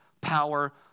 power